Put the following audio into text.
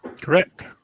Correct